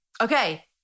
okay